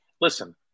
Listen